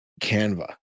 Canva